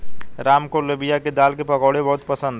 राम को लोबिया की दाल की पकौड़ी बहुत पसंद हैं